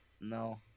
No